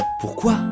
Pourquoi